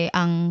ang